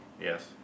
Yes